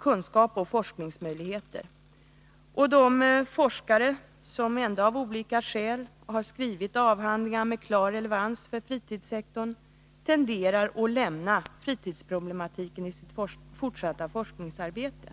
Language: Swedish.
kunskap och med forskningsmöjligheter. De forskare som ändå av olika skäl har skrivit avhandlingar med klar relevans för fritidssektorn tenderar att lämna fritidsproblematiken i sitt fortsatta forskningsarbete.